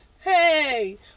Hey